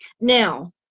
Now